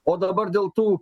o dabar dėl tų